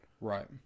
Right